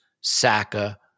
Saka